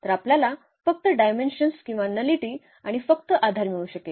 तर आपल्याला फक्त डायमेन्शन किंवा नलिटी आणि फक्त आधार मिळू शकेल